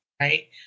right